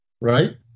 Right